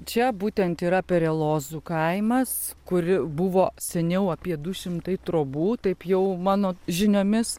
čia būtent yra perelozų kaimas kuri buvo seniau apie du šimtai trobų taip jau mano žiniomis